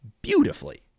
beautifully